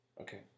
Okay